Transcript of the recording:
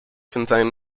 contain